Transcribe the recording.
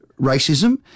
Racism